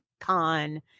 con